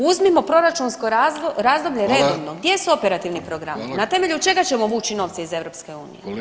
Uzmimo proračunsko razdoblje redovno, gdje su operativni programi? [[Upadica Vidović: Hvala.]] Na temelju čega ćemo vuči novce iz EU?